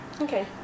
Okay